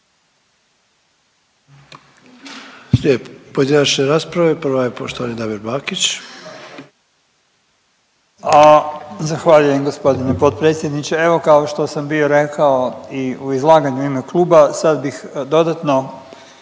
Slijede pojedinačne rasprave, prva je poštovani Damir Bakić. **Bakić, Damir (Možemo!)** Zahvaljujem g. potpredsjedniče. Evo kao što sam bio rekao i u izlaganju u ime kluba, sad bih dodatno,